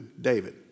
David